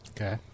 Okay